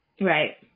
Right